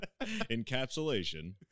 encapsulation